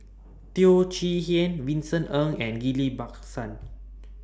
Teo Chee Hean Vincent Ng and Ghillie BaSan